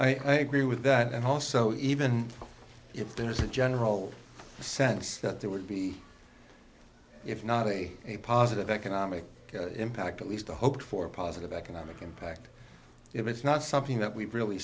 thing i agree with that and also even if there's a general sense that there would be if not a a positive economic impact at least a hope for a positive economic impact if it's not something that we've really